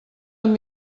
amb